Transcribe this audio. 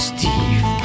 Steve